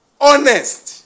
Honest